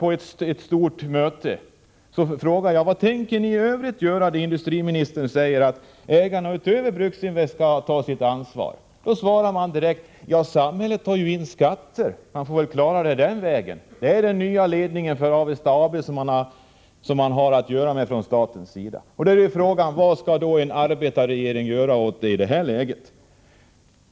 Jag frågade: Vad tänker ni i övrigt göra när industriministern säger att ägarna skall ta sitt ansvar utöver satsningen i Bruksinvest? Jag fick svaret: Samhället tar ju in skatter, och man får väl klara det den vägen. Det är inställningen hos ledningen för Avesta AB, som man från statens sida har att göra med. Frågan är: Vad kan en arbetarregering göra åt situationen i det läget?